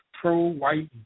pro-white